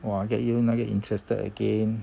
!wah! get you 那个 interested again